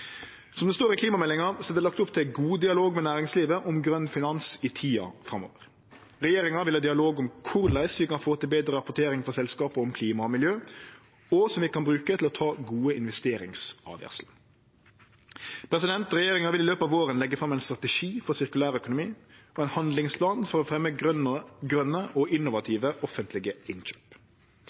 Som det står i klimameldinga, er det lagt opp til ein god dialog med næringslivet om grøn finans i tida framover. Regjeringa vil ha dialog om korleis vi kan få til betre rapportering frå selskapa om klima og miljø, og som vi kan bruke til å ta gode investeringsavgjerder. Regjeringa vil i løpet av våren leggje fram ein strategi for sirkulær økonomi og ein handlingsplan for å fremje grøne og innovative offentlege innkjøp.